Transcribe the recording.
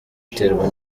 iterwa